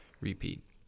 repeat